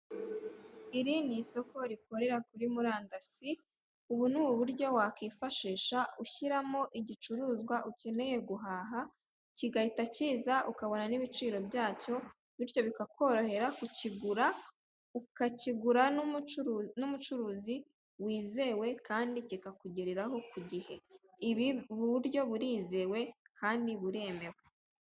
Iri ni isoko rikorera kuri murandasi ubu ni uburyo wakifashisha ushyiramo igicuruzwa ukeneye guhaha kigahita cyiza ukabona n'ibiciro byacyo bityo bikakorohera kukigura ukakigura n'umucuruzi wizewe kandi kikakugereraho ku gihe ubu buryo burizewe kandi buremewe.